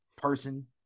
person